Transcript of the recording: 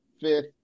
fifth